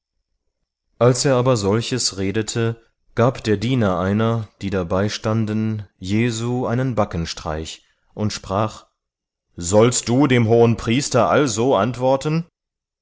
als er aber solches redete gab der diener einer die dabeistanden jesu einen backenstreich und sprach sollst du dem hohenpriester also antworten